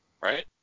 Right